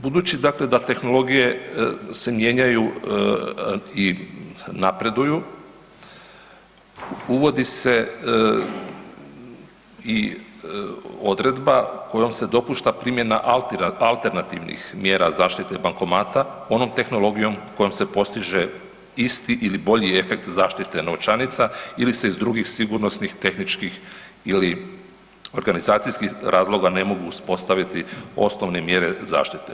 Budući dakle da tehnologije se mijenjaju i napreduju, uvodi se i odredba kojom se dopušta primjena i alternativnih mjera zaštite bankomata onom tehnologijom kojom se postiže isti ili bolji efekt zaštite novčanica ili se iz drugih sigurnosnih tehničkih ili organizacijskih razloga ne mogu uspostaviti osnovne mjere zaštite.